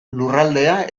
lurraldea